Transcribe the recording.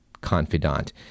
confidant